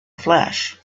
flesh